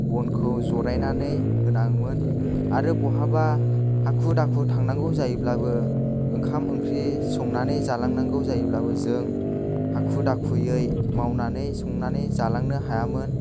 बनखौ जलायनानै होनाङोमोन आरो बहाबा हाखु दाखु थांनांगौ जायोब्लाबो ओंखाम ओंख्रि संनानै जालांनांगौ जायोब्लाबो जों हाखु दाखुयै मावनानै संनानै जालांनो हायामोन